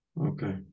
Okay